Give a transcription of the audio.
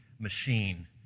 machine